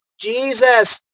jesus,